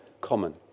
common